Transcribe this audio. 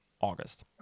August